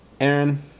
Aaron